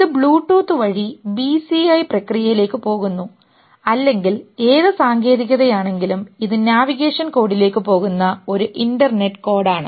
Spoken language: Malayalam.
ഇത് ബ്ലൂ ടൂത്ത് വഴി BCIപ്രക്രിയയിലേക്ക് പോകുന്നു അല്ലെങ്കിൽ ഏത് സാങ്കേതികതയാണെങ്കിലും ഇത് നാവിഗേഷൻ കോഡിലേക്ക് പോകുന്ന ഒരു ഇൻറർനെറ്റ് കോഡാണ്